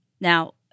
Now